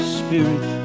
spirit